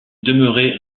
demeurait